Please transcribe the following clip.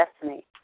destiny